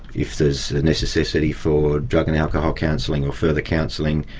if there's a necessity for drug and alcohol counselling or further counselling,